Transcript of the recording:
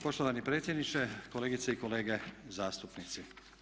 Poštovani predsjedniče, kolegice i kolege zastupnici.